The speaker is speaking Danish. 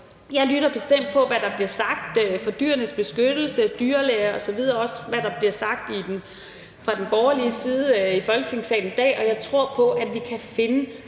jeg lytter bestemt til, hvad der bliver sagt fra Dyrenes Beskyttelse, dyrlæger osv., og også hvad der bliver sagt fra den borgerlige side i Folketingssalen i dag, og jeg tror på, at vi kan finde